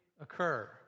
occur